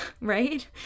right